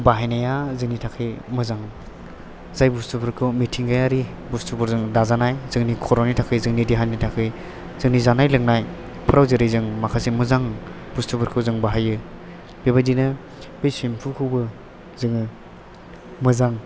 बाहायनाया जोंनि थाखाय मोजां जाय बुस्थुफोरखौ मिथिंगायारि बुस्थुफोरजों दाजानाय जोंनि खर'नि थाखाय जोंनि देहानि थाखाय जोंनि जानाय लोंनायफ्राव जेरै जों माखासे मोजां बुस्थुफोरखौ जों बाहायो बेबायदिनो बे सेम्फुखौबो जोङो मोजां